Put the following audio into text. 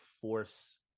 force